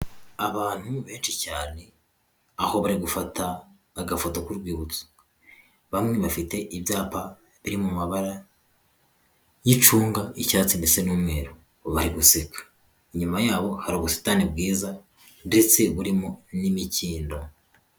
Abantu benshi cyane aho bari gufata agafoto k'urwibutso bamwe bafite ibyapa biri mu mabara y'icunga ,icyatsi ndetse n'umweru bari guseka ,inyuma yabo hari ubusitani bwiza ndetse burimo n'imikindo.